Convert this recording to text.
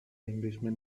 englishman